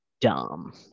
dumb